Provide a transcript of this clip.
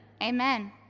Amen